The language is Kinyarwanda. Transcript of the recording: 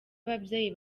ababyeyi